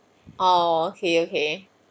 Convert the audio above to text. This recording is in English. oh okay okay